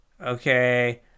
Okay